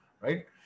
right